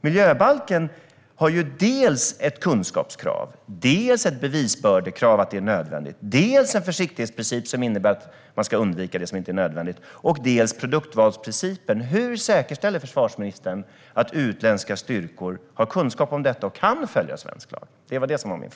Miljöbalken har dels ett kunskapskrav, dels ett bevisbördekrav att det är nödvändigt, dels en försiktighetsprincip som innebär att man ska undvika det som inte är nödvändigt, dels produktvalsprincipen. Hur säkerställer försvarsministern att utländska styrkor har kunskap om detta och kan följa svensk lag?